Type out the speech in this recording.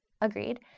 agreed